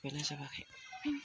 बेनो जोबाखै